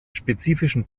spezifischen